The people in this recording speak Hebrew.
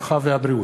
הרווחה והבריאות.